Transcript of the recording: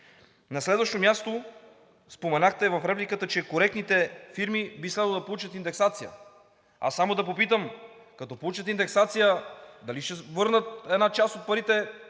На следващо място, споменахте в репликата, че коректните фирми би следвало да получат индексация. Аз само да попитам – като получат индексация, дали ще върнат една част от парите